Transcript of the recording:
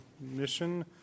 Mission